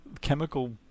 chemical